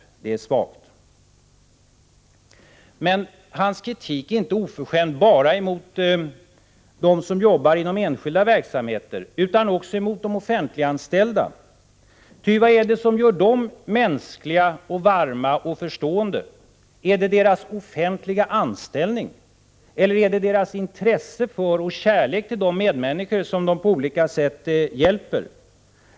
Det är svagt. Men hans kritik är inte oförskämd bara mot dem som jobbar inom enskilda verksamheter utan också mot de offentliganställda, ty vad är det som gör dem mänskliga, varma och förstående? Är det deras offentliga anställning, eller är det deras intresse för och kärlek till de medmänniskor som de på olika sätt hjälper?